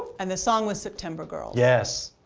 and the song was, september girl. yes.